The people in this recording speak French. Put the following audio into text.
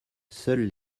seuls